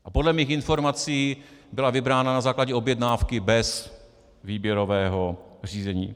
A podle mých informací byla vybrána na základě objednávky bez výběrového řízení.